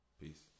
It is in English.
Peace